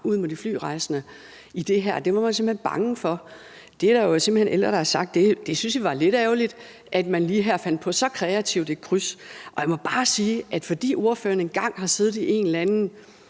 ud mod de flyrejsende i det her. Det var man simpelt hen bange for. Det er der jo simpelt hen ældre der har sagt, nemlig at det syntes de var lidt ærgerligt, altså at man lige her fandt på så kreativt et kryds. Og jeg må bare sige, at fordi ordføreren engang har siddet i en eller anden